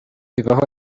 ibaho